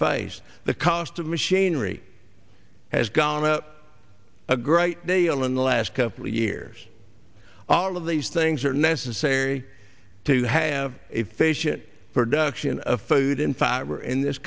face the cost of machinery has gone up a great deal in the last couple of years all of these things are necessary to have a face it production of food in fiber in this